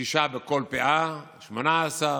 שישה בכל פאה, 18,